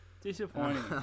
Disappointing